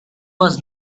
was